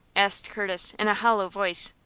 asked curtis, in a hollow voice.